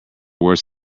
worse